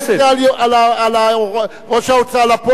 למה להטיל את זה על ראש ההוצאה לפועל?